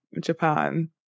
japan